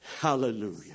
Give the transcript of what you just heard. Hallelujah